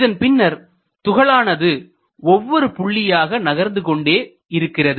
இதன்பின்னர் துகளானது ஒவ்வொரு புள்ளியாக நகர்ந்து சென்று கொண்டே இருக்கிறது